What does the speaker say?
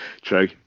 true